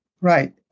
right